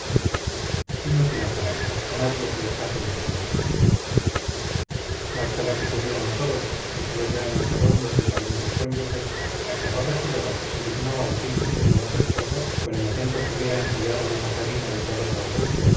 inútil afán nadie hacía caso de su señoría marchado que se hubieron todos y solos ya en el salón los desavenidos cónyuges la corregidora se dignó al fin decirle a su esposo con el acento que hubiera empleado una zarina de todas las rusias